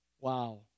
Wow